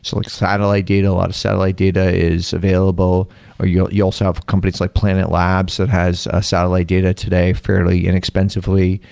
so like satellite data. a lot of satellite data is available you ah you also have companies like planet labs that has a satellite data today fairly inexpensively.